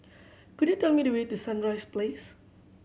could you tell me the way to Sunrise Place